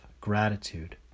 gratitude